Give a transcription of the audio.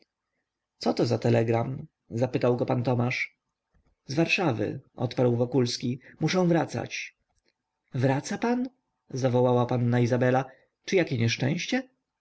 coto za telegram zapytał go pan tomasz z warszawy odparł wokulski muszę wracać wraca pan zawołała panna izabela czy jakie nieszczęście